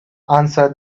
answered